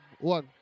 one